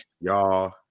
y'all